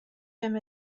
him